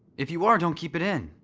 if you are, don't keep it in.